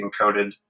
encoded